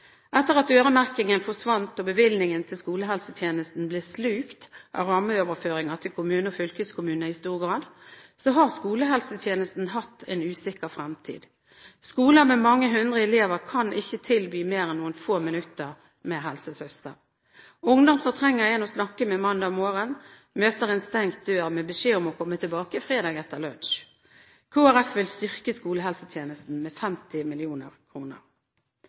Etter at øremerkingen forsvant, og bevilgningen til skolehelsetjenesten i stor grad ble slukt av rammeoverføringen til kommune og fylkeskommune, har skolehelsetjenesten hatt en usikker fremtid. Skoler med mange hundre elever kan ikke tilby mer en noen få minutter med helsesøster. Ungdom som trenger en å snakke med mandag morgen, møter en stengt dør med beskjed om å komme tilbake fredag etter lunsj. Kristelig Folkeparti vil styrke skolehelsetjenesten med 50